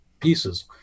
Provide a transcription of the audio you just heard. pieces